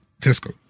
Tesco